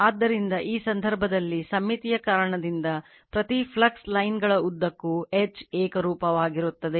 ಆದ್ದರಿಂದ ಈ ಸಂದರ್ಭದಲ್ಲಿ ಸಮ್ಮಿತಿಯ ಕಾರಣದಿಂದಾಗಿ ಪ್ರತಿ ಫ್ಲಕ್ಸ್ ಲೈನ್ಗಳ ಉದ್ದಕ್ಕೂ H ಏಕರೂಪವಾಗಿರುತ್ತದೆ